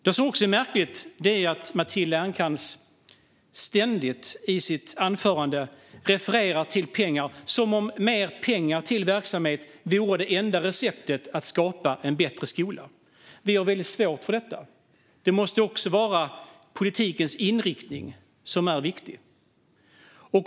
Det som också är märkligt är att Matilda Ernkrans ständigt i sitt anförande refererar till pengar, som om mer pengar till verksamhet vore det enda receptet för att skapa en bättre skola. Vi har väldigt svårt för detta. Också politikens inriktning måste vara viktig.